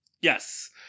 Yes